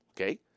okay